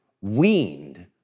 weaned